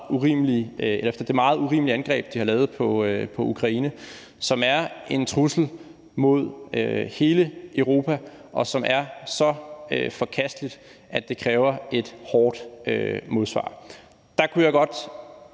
det meget urimelige angreb, de har lavet på Ukraine, som er en trussel mod hele Europa, og som er så forkasteligt, at det kræver et hårdt modsvar.